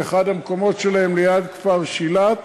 באחד המקומות שלהם ליד כפר שילת.